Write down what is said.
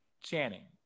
Channing